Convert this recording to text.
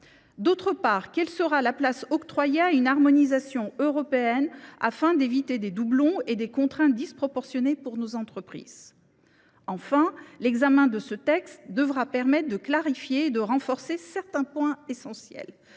ailleurs, quelle sera la place laissée à l’harmonisation européenne afin d’éviter des doublons et des contraintes disproportionnées pour nos entreprises ? Enfin, l’examen du texte devra permettre de clarifier et de renforcer certains points essentiels,